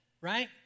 right